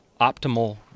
optimal